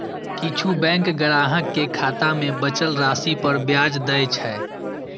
किछु बैंक ग्राहक कें खाता मे बचल राशि पर ब्याज दै छै